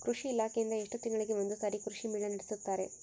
ಕೃಷಿ ಇಲಾಖೆಯಿಂದ ಎಷ್ಟು ತಿಂಗಳಿಗೆ ಒಂದುಸಾರಿ ಕೃಷಿ ಮೇಳ ನಡೆಸುತ್ತಾರೆ?